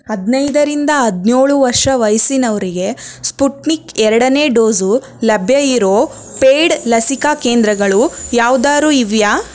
ಹದಿನೈದರಿಂದ ಹದಿನೇಳು ವರ್ಷ ವಯಸ್ಸಿನವರಿಗೆ ಸ್ಪುಟ್ನಿಕ್ ಎರಡನೇ ಡೋಸು ಲಭ್ಯ ಇರೋ ಪೇಯ್ಡ್ ಲಸಿಕಾ ಕೇಂದ್ರಗಳು ಯಾವ್ದಾದ್ರೂ ಇವೆಯಾ